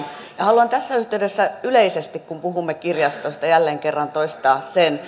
haluan tässä yhteydessä yleisesti kun kun puhumme kirjastosta jälleen kerran toistaa sen